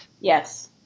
Yes